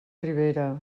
ribera